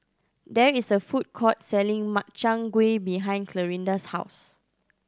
there is a food court selling Makchang Gui behind Clarinda's house